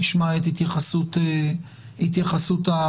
נשמע את התייחסות הממשלה,